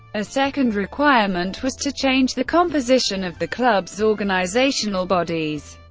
a second requirement was to change the composition of the club's organizational bodies.